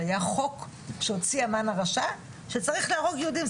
היה חוק של המן הרשע שצריך להרוג יהודים.